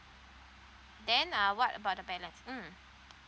then uh what about the balance mm